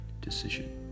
decision